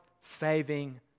saving